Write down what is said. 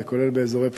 זה כולל באזורי פיתוח,